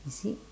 you see